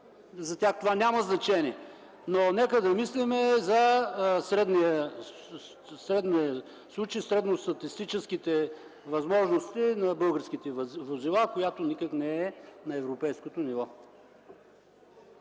За тях това няма значение, но нека да мислим в случая за средно статистическите възможности на българските возила, които никак не са на европейското ниво.